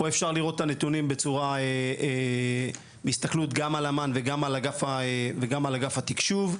אפשר לראות את הנתונים בצורה בהסתכלות גם על אמ"ן וגם על אגף התקשוב,